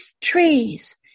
trees